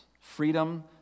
freedom